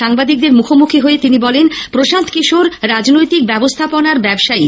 সাংবাদিকদের মুখোমুখি হয়ে তিনি বলেন প্রশান্ত কিশোর রাজনৈতিক ব্যবস্থাপনার ব্যবসায়ী